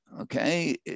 Okay